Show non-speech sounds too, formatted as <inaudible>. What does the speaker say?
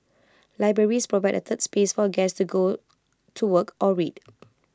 libraries provide A third space for A guest to go to work or read <noise>